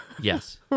Yes